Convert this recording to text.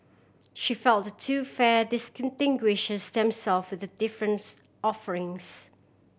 she felt the two fair distinguishes themself with difference offerings